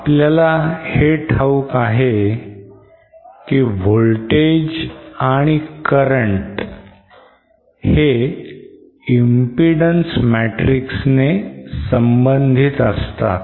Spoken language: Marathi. आपल्याला हे ठाऊक आहे की voltage and current हे impedance matrix ने संबंधित असतात